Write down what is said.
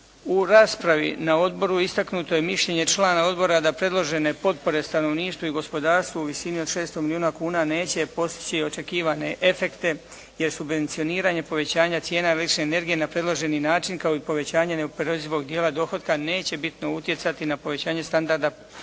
U raspravi na odboru istaknuto je mišljenje člana odbora da predložene potpore stanovništvu i gospodarstvu u visini od 600 milijuna kuna neće postići očekivane efekte, jer subvencioniranje povećanja cijena električne energije na predloženi način kao i povećanje neoporezivog dijela dohotka neće bitno utjecati na povećanje standarda